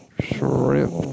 Shrimp